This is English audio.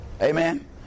Amen